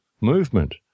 movement